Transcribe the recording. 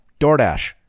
DoorDash